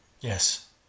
Yes